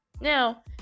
Now